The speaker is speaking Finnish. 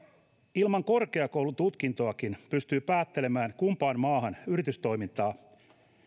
ilman korkeakoulututkintoakin pystyy päättelemään kumpaan maahan yritystoimintaa